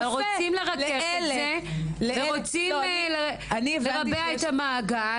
רוצים לרכך את זה ורוצים לרבע את המעגל.